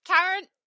Karen